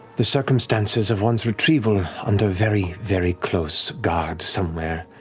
the circumstances of one's retrieval, under very, very close guard somewhere